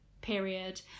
period